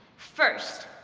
first,